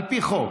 על פי חוק.